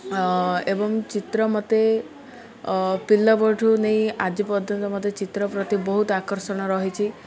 ଏବଂ ଚିତ୍ର ମୋତେ ପିଲାବେଳଠୁ ନେଇ ଆଜି ପର୍ଯ୍ୟନ୍ତ ମୋତେ ଚିତ୍ର ପ୍ରତି ବହୁତ ଆକର୍ଷଣ ରହିଛି